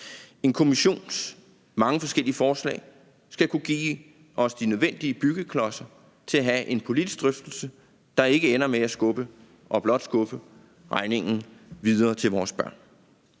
En kommissions mange forskellige forslag skal kunne give os de nødvendige byggeklodser til at have en politisk drøftelse, der ikke ender med at skubbe og blot skubbe regningen videre til vores børn.